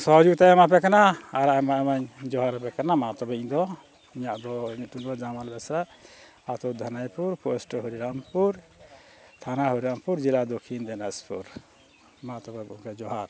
ᱥᱚᱦᱚᱡᱳᱜᱤᱛᱟᱭ ᱮᱢᱟᱯᱮ ᱠᱟᱱᱟ ᱟᱨ ᱟᱭᱢᱟ ᱟᱭᱢᱟᱧ ᱡᱚᱦᱟᱨ ᱟᱯᱮ ᱠᱟᱱᱟ ᱢᱟ ᱛᱚᱵᱮ ᱤᱧ ᱫᱚ ᱤᱧᱟᱹᱜ ᱫᱚ ᱧᱩᱛᱩᱢ ᱫᱚ ᱡᱟᱢᱟᱞ ᱵᱮᱥᱨᱟ ᱟᱛᱳ ᱫᱷᱟᱹᱱᱟᱹᱭ ᱯᱩᱨ ᱯᱳᱥᱴ ᱦᱚᱨᱤᱨᱟᱢᱯᱩᱨ ᱛᱷᱟᱱᱟ ᱦᱚᱨᱤᱨᱟᱢᱯᱩᱨ ᱡᱮᱞᱟ ᱫᱚᱠᱠᱷᱤᱱ ᱫᱤᱱᱟᱡᱽᱯᱩᱨ ᱢᱟ ᱛᱚᱵᱮ ᱜᱚᱢᱠᱮ ᱡᱚᱦᱟᱨ